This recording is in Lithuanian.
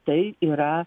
tai yra